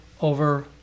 over